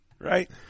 right